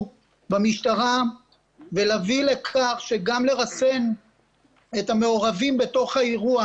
במשטרה ולהביא לכך שגם לרסן את המעורבים בתוך האירוע,